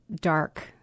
dark